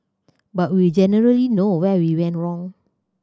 but we generally know where we went wrong